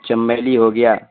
چمیلی ہو گیا